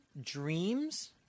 Dreams